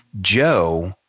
Joe